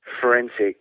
forensic